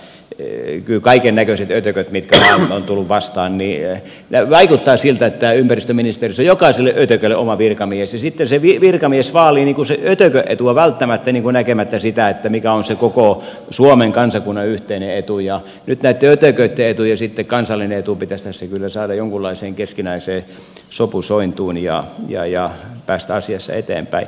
kyllä kaikennäköiset ötökät mitkä vain ovat tulleet vastaan vaikuttaa siltä että ympäristöministeriössä jokaiselle ötökälle on oma virkamies ja sitten se virkamies vaalii sen ötökän etua välttämättä näkemättä sitä mikä on se koko suomen kansakunnan yhteinen etu ja nyt näitten ötököitten etu ja sitten kansallinen etu pitäisi tässä kyllä saada jonkunlaiseen keskinäiseen sopusointuun ja päästä asiassa eteenpäin